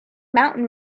mountain